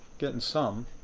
getting some.